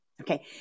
okay